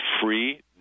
free